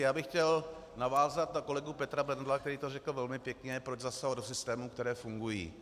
Já bych chtěl navázat na kolegu Petra Bendla, který to řekl velmi pěkně proč zasahovat do systémů, které fungují?